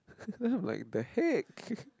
I'm like in the heck